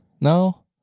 No